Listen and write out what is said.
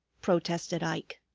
protested ike.